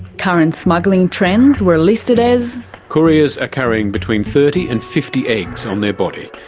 current smuggling trends were listed as couriers are carrying between thirty and fifty eggs on their body.